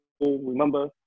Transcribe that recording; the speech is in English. Remember